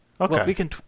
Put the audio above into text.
Okay